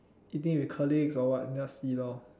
eating with colleagues or what just see lor